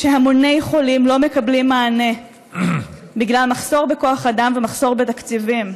כשהמוני חולים לא מקבלים מענה בגלל מחסור בכוח אדם ומחסור בתקציבים.